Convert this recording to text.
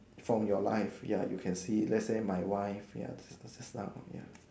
from your life ya you can see let say my wife ya just just now ya